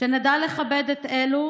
שנדע לכבד את אלו